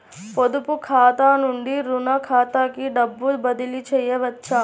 పొదుపు ఖాతా నుండీ, రుణ ఖాతాకి డబ్బు బదిలీ చేయవచ్చా?